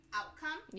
outcome